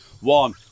One